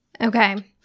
Okay